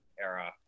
era